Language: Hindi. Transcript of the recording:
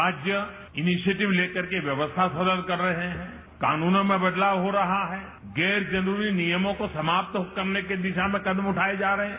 राज्य इनिशेटिव लेकर के व्यवस्था सरल कर रहे हैं कानूनों में बदलाव हो रहा है गैर जरूरी नियमों को समाप्त करने की दिशा में कदम उठाये जा रहे हैं